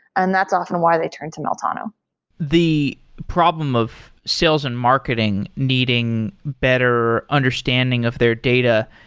and that's often why they turn to meltano the problem of sales and marketing needing better understanding of their data,